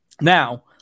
Now